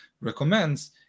recommends